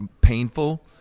painful